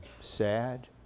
sad